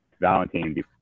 Valentine